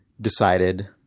decided